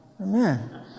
Amen